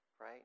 right